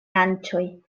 fianĉoj